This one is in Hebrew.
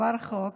כבר חוק,